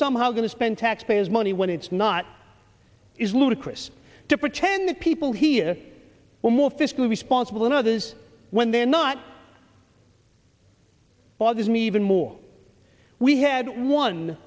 somehow going to spend taxpayers money when it's not is ludicrous to pretend the people here were more fiscally responsible than others when they're not bothers me even more we had one